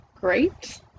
great